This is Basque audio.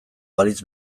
balitz